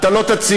אתה לא תציג,